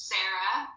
Sarah